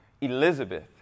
Elizabeth